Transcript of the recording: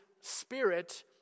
Spirit